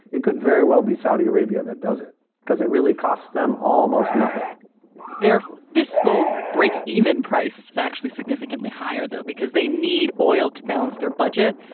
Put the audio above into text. it could very well be saudi arabia that does it because it really costs them almost nothing their fiscal break, even price is actually significantly higher, though, because they need oil to balance their budget.